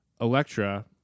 Electra